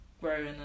growing